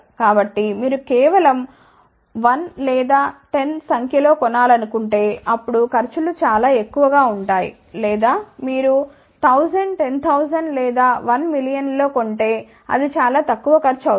కాబట్టి మీరు కేవలం 1 లేదా 10 సంఖ్యలో కొనాలనుకుంటేఅప్పుడు ఖర్చులు చాలా ఎక్కువగా ఉంటాయి లేదా మీరు 1000 10000 లేదా 1 మిలియన్ లలో కొంటే అది చాలా తక్కువ ఖర్చు అవుతుంది